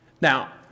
Now